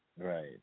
Right